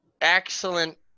Excellent